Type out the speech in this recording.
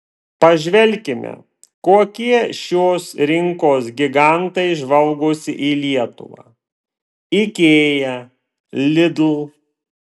pažvelkime kokie šios rinkos gigantai žvalgosi į lietuvą ikea lidl